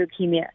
leukemia